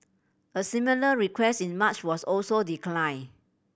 a similar request in March was also declined